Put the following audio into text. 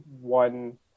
one